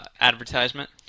advertisement